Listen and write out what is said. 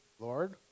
Lord